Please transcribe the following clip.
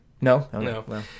No